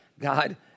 God